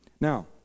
Now